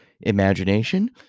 imagination